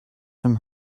from